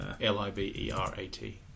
L-I-B-E-R-A-T